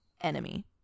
enemy